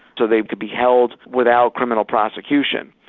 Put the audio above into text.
so they could be held without criminal prosecution.